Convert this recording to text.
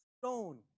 stone